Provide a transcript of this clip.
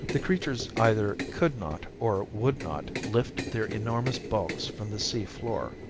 the creatures either could not or would not lift their enormous bulks from the sea floor.